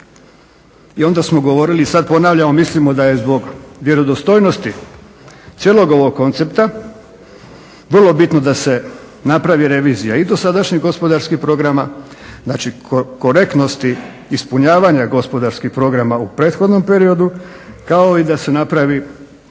i onda smo govorili i sad ponavljamo mislimo da je zbog vjerodostojnosti cijelog ovog koncepta vrlo bitno da se napravi revizija i dosadašnji gospodarskih programa, znači korektnosti ispunjavanja gospodarskih programa u prethodnom periodu kao i da se napravi revizija